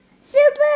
super